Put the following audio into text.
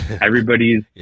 everybody's